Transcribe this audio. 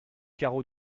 carreau